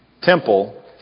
Temple